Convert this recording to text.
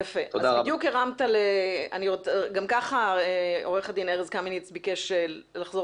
גם כך עורך הדין ארז קמיניץ ביקש לחזור